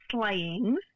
Slayings